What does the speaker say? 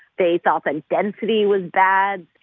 they thought that density was bad.